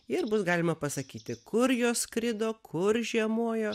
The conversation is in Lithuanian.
ir bus galima pasakyti kur jos skrido kur žiemojo